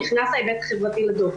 נכנס ההיבט החברתי לדוח.